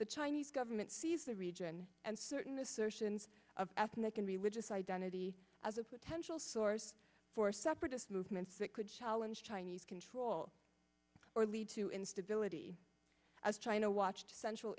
the chinese government sees the region and certain assertions of ethnic and religious identity as a potential source for separatist movements that could challenge chinese control or lead to instability as china watched central